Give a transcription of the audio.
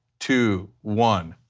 two, one,